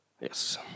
Yes